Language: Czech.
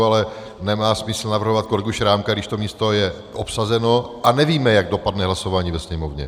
Ale nemá smysl navrhovat kolegu Šrámka, když to místo je obsazeno a nevíme, jak dopadne hlasování ve Sněmovně.